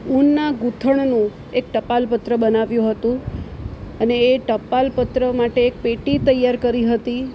ઉનના ગુંથણનું એક ટપાલ પત્ર બનાવ્યું હતું અને એ ટપાલ પત્ર માટે એક પેટી તૈયાર કરી હતી